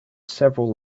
several